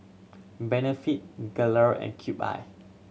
Benefit Gelare and Cube I